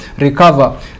recover